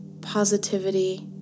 positivity